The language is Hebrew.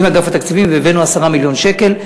עם אגף התקציבים, והבאנו 10 מיליון שקלים.